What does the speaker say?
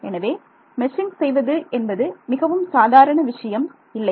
எனவே மெஷ்ஷிங் செய்வது என்பது மிகவும் சாதாரண விஷயம் இல்லை